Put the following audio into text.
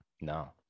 no